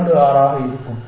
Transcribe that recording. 26 ஆக இருக்கும்